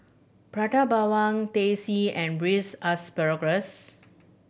Prata Bawang Teh C and Braised Asparagus